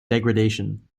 degradation